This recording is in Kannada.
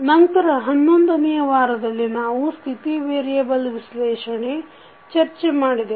ನಂತರ 11ನೆಯ ವಾರದಲ್ಲಿ ನಾವು ಸ್ಥಿತಿ ವೇರಿಯೆಬಲ್ ವಿಶ್ಲೇಷಣೆ ಚರ್ಚೆ ಮಾಡಿದೆವು